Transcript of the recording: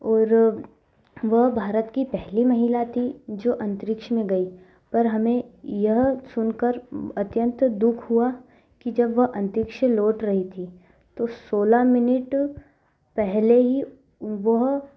और वह भारत की पहली महिला थी जो अंतरिक्ष में गई पर हमें यह सुनकर अत्यंत दुख हुआ कि जब वह अंतरिक्ष से लौट रही थी तो सोलह मिनट पहले ही वह